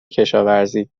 کشاورزی